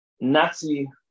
Nazi